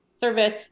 service